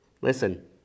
Listen